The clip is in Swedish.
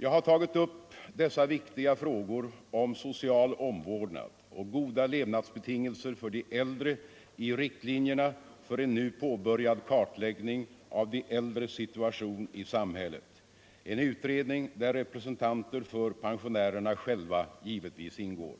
Jag har tagit upp dessa viktiga frågor om social omvårdnad och goda levnadsbetingelser för de äldre i riktlinjerna för en nu påbörjad kartläggning av de äldres situation i samhället — en utredning där representanter för pensionärerna själva givetvis ingår.